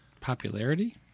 popularity